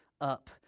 up